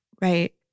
right